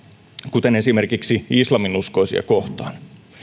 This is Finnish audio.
kuten esimerkiksi islaminuskoisia kohtaan